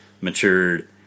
matured